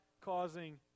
causing